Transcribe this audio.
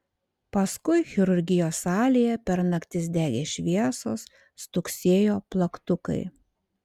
paskui chirurgijos salėje per naktis degė šviesos stuksėjo plaktukai